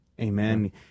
amen